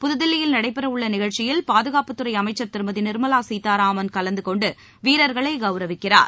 புதுதில்லியில் நடைபெறவுள்ள நிகழ்ச்சியில் பாதுபாப்புத்துறை அமைச்சர் திருமதி நிர்மவா சீத்தாராமன் கலந்து கொண்டு வீரர்களை கவுரவிக்கிறார்